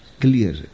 clear